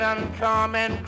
Uncommon